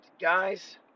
guys